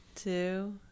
two